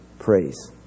praise